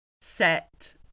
set